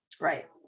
Right